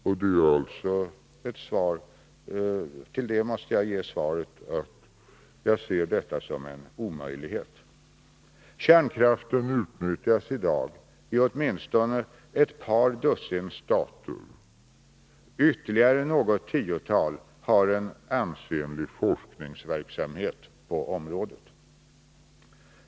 På det måste jag svara att jag ser detta som en omöjlighet. Kärnkraften utnyttjas i dag i åtminstone ett par dussin stater. Ytterligare något tiotal har en ansenlig forskningsverksamhet på området.